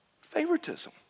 favoritism